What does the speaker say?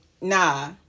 nah